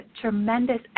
tremendous